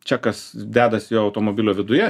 čia kas dedasi jo automobilio viduje